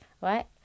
right